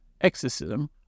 Exorcism